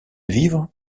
vivre